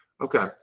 Okay